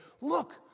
look